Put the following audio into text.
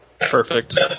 Perfect